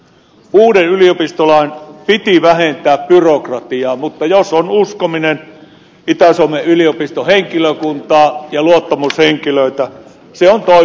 uuden yliopistolain piti vähentää byrokratiaa mutta jos on uskominen itä suomen yliopiston henkilökuntaa ja luottamushenkilöitä se on toiminut päinvastaisesti